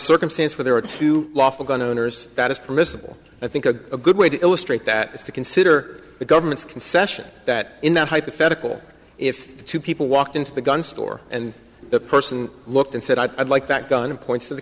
circumstance where there are two lawful gun owners that is permissible i think a good way to illustrate that is to consider the government's concession that in the hypothetical if two people walked into the gun store and the person looked and said i'd like that gun and points to the